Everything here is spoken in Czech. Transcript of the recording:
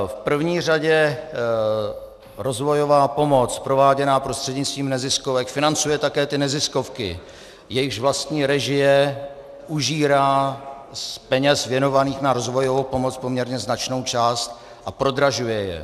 V první řadě rozvojová pomoc prováděná prostřednictvím neziskovek financuje také ty neziskovky, jejichž vlastní režie užírá z peněz věnovaných na rozvojovou pomoc poměrně značnou část a prodražuje je.